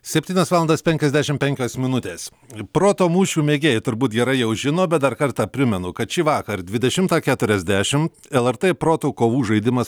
septynios valandos penkiasdešimt penkios minutės proto mūšių mėgėjai turbūt gerai jau žino bet dar kartą primenu kad šįvakar dvidešimtą keturiasdešimt lrt protų kovų žaidimas